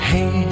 Hey